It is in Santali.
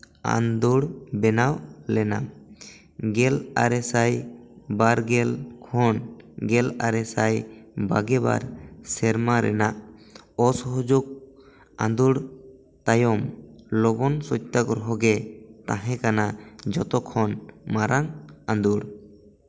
ᱟᱸᱫᱳᱲ ᱵᱮᱱᱟᱣ ᱞᱮᱱᱟ ᱜᱮᱞ ᱟᱨᱮᱥᱟᱭ ᱵᱟᱨᱜᱮᱞ ᱠᱷᱚᱱ ᱜᱮᱞ ᱟᱨᱮᱥᱟᱭ ᱵᱟᱨᱜᱮ ᱵᱟᱨ ᱥᱮᱨᱢᱟ ᱨᱮᱱᱟᱜ ᱚᱥᱚᱦᱚᱡᱳᱜ ᱟᱸᱫᱳᱲ ᱛᱟᱭᱚᱢ ᱞᱚᱵᱚᱱ ᱥᱚᱛᱛᱟᱜᱨᱚᱦᱚ ᱜᱮ ᱛᱟᱦᱮᱸ ᱠᱟᱱᱟ ᱡᱚᱛᱚᱦᱚᱲ ᱢᱟᱨᱟᱝ ᱟᱸᱫᱳᱲ